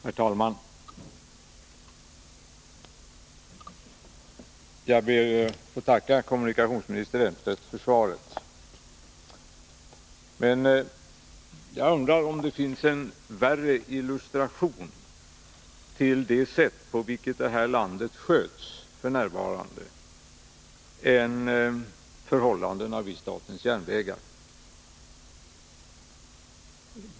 Herr talman! Jag ber att få tacka kommunikationsminister Elmstedt för svaret. Jag undrar om det finns en bättre illustration av det sätt på vilket det här landet f. n. sköts än förhållandena vid SJ.